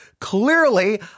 Clearly